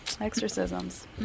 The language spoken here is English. exorcisms